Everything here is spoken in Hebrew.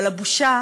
אבל הבושה